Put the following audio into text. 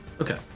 okay